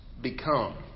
become